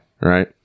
right